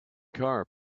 car